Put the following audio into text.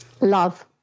Love